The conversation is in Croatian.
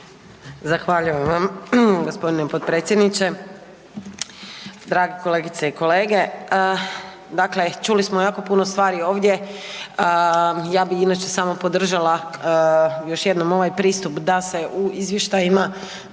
Zahvaljujem vam g. potpredsjedniče. Drage kolegice i kolege, dakle čuli smo ionako puno stvari ovdje, ja bi inače samo podržala još jednom ovaj pristup da se u izvještajima